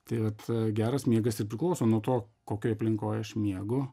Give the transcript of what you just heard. tai vat geras miegas ir priklauso nuo to kokioj aplinkoj aš miegu